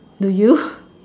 do you